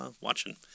watching